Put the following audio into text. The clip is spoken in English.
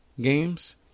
games